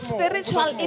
spiritual